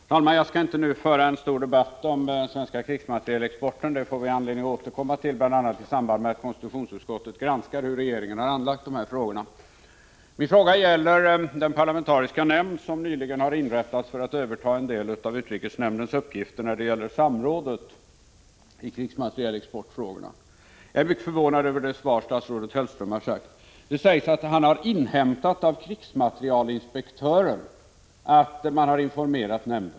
Herr talman! Jag skall inte nu föra en stor debatt om den svenska krigsmaterielexporten — den får vi anledning att återkomma till, bl.a. i samband med att konstitutionsutskottet granskar hur regeringen har handlagt dessa frågor. Min fråga gäller den parlamentariska nämnd som nyligen har inrättats för att överta en del av utrikesnämndens uppgifter när det gäller samrådet i krigsmaterielexportfrågorna. Jag är mycket förvånad över det svar statsrådet Hellström har lämnat. Det nämns att han har inhämtat av krigsmaterielinspektören att nämnden har informerats.